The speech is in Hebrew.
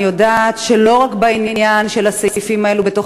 אני יודעת שלא רק בעניין הסעיפים האלה יש בתוך